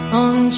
on